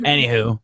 Anywho